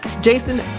Jason